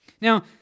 Now